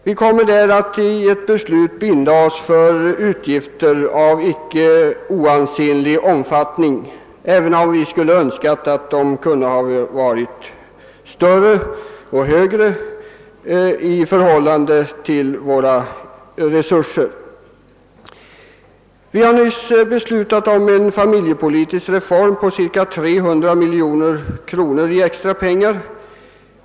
Vi kommer därvid att i ett beslut binda oss för utgifter av icke oansenlig omfattning — låt vara att vi skulle önska att de varit större — i förhållande till våra resurser. Vi har nyss beslutat om en familjepolitisk reform som medför cirka 300 miljoner kronor i extra utgifter.